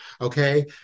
okay